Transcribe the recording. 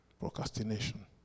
Procrastination